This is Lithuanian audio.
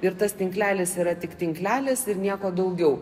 ir tas tinklelis yra tik tinklelis ir nieko daugiau